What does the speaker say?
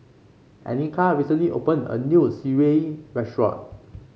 Anika recently opened a new sireh restaurant